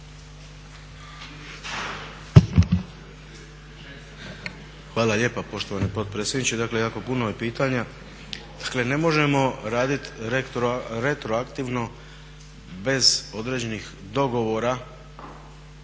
Hvala lijepa poštovani potpredsjedniče. Dakle, jako puno je pitanja. Dakle, ne možemo raditi retroaktivno bez određenih dogovora